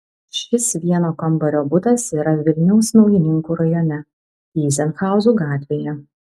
šis vieno kambario butas yra vilniaus naujininkų rajone tyzenhauzų gatvėje